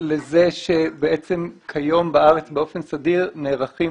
לזה שבעצם כיום בארץ באופן סדיר נערכים